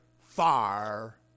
far